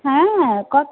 ᱦᱮᱸ ᱚᱠ